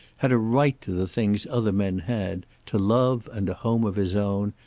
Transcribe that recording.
had a right to the things other men had, to love and a home of his own,